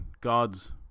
God's